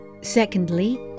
Secondly